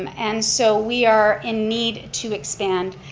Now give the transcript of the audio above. um and so we are in need to expand.